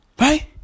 Right